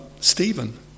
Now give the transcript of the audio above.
Stephen